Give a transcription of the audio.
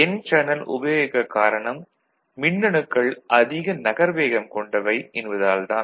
என் channel உபயோகிக்கக் காரணம் மின்னணுக்கள் அதிக நகர்வேகம் கொண்டவை என்பதால் தான்